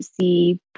see